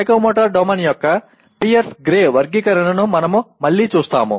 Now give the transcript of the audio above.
psychomotor domain యొక్క Pierce Gray వర్గీకరణను మనము మళ్ళీ చూస్తాము